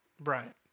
Right